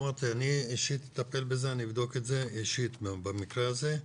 אמרתי שאני אישית אטפל בזה ואבדוק את זה אישית במקרה הזה,